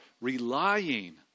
relying